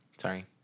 sorry